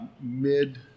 mid